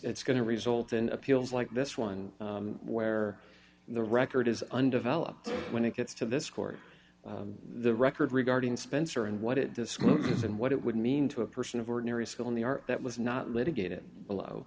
it's going to result in appeals like this one where the record is undeveloped when it gets to this court the record regarding spencer and what it discloses and what it would mean to a person of ordinary skill in the are that was not litigated below